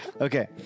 Okay